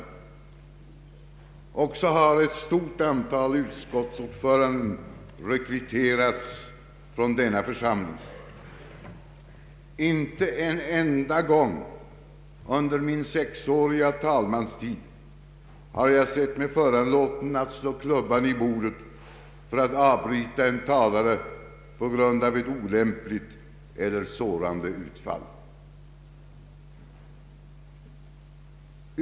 Också har ett stort antal utskottsordförande rekryterats från denna församling. Inte en enda gång under min sexåriga talmanstid har jag sett mig föranlåten att slå klubban i bordet för att avbryta en talare på grund av ett olämpligt eller sårande utfall.